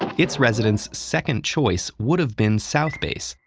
its residents' second choice would've been south base,